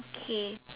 okay